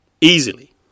Easily